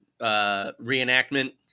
reenactment